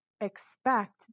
expect